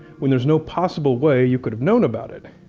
when there's no possible way you could have known about it.